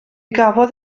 gafodd